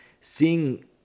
seeing